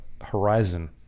Horizon